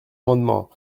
amendement